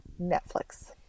Netflix